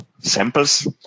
samples